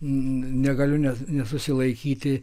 negaliu ne nesusilaikyti